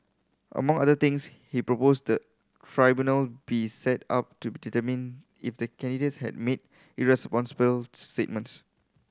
among other things he proposed the tribunal be set up to be determine if the candidate has made irresponsible statements